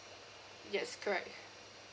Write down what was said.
yes correct